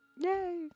Yay